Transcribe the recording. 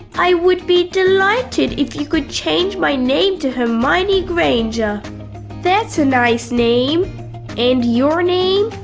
i would be delighted if you could change my name to hermione granger that's a nice name and your name?